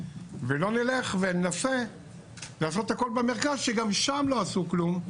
ולא נלך וננסה לעשות את הכול במרכז שגם שם לא עשו כלום,